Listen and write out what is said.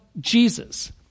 Jesus